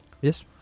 yes